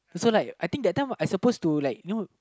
so like that time I think I suppose to like you know